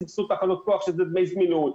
סבסוד תחנות כוח שזה דמי זמינות,